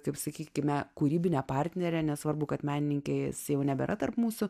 kaip sakykime kūrybine partnere nesvarbu kad menininkės jau nebėra tarp mūsų